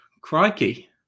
Crikey